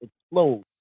explode